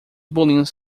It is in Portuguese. bolinhos